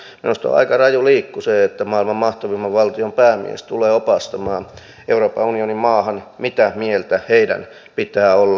minusta on aika raju liikku se että maailman mahtavimman valtion päämies tulee opastamaan euroopan unionin maahan mitä mieltä heidän pitää olla